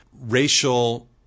racial